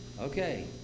Okay